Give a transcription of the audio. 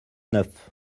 neuf